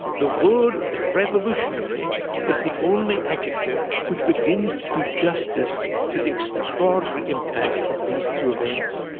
the word revolutionary is the only adjective which begins to do justice to the extraordinary impact of these two events,